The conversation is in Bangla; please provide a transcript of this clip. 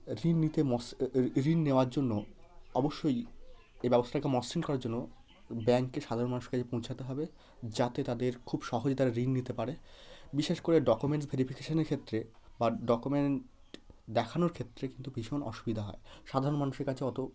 ঋণ নিতে মস ঋণ নেওয়ার জন্য অবশ্যই এই ব্যবস্থাটাকে মসৃণ করার জন্য ব্যাংককে সাধারণ মানুষের কাছে পৌঁছাতে হবে যাতে তাদের খুব সহজে তারা ঋণ নিতে পারে বিশেষ করে ডকুমেন্টস ভেরিফিকেশানের ক্ষেত্রে বা ডকুমেন্ট দেখানোর ক্ষেত্রে কিন্তু ভীষণ অসুবিধা হয় সাধারণ মানুষের কাছে অতো